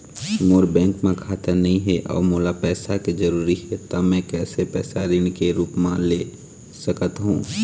मोर bank म खाता नई हे अउ मोला पैसा के जरूरी हे त मे कैसे पैसा ऋण के रूप म ले सकत हो?